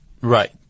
Right